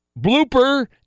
blooper